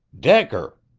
decker!